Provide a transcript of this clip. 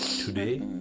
Today